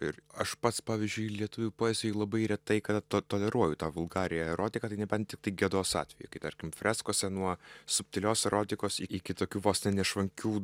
ir aš pats pavyzdžiui lietuvių poezijoj labai retai kada to toleruoju tą vulgarią erotiką nebent tiktai gedos atveju tarkim freskose nuo subtilios erotikos iki tokių vos ne nešvankių